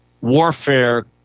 warfare